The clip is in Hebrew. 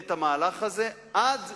את המהלך הזה עד